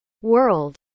world